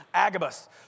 Agabus